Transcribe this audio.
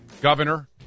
Governor